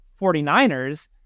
49ers